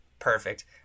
Perfect